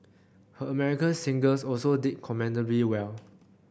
her American singles also did commendably well